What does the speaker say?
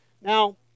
now